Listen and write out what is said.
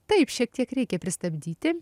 taip šiek tiek reikia pristabdyti